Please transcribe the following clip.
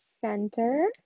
center